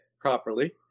properly